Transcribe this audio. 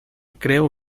creo